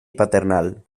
paternal